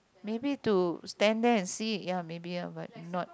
maybe to stand there and see ya maybe ah but not